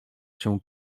się